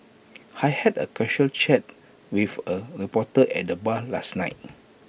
I had A casual chat with A reporter at the bar last night